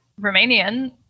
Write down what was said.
Romanian